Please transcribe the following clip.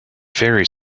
ferry